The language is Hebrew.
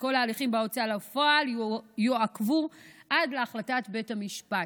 וכל ההליכים בהוצאה לפועל יעוכבו עד להחלטת בית המשפט.